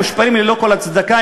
המושפלים ללא כל הצדקה,